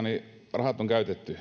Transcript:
rahat on käytetty